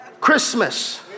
Christmas